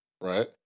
right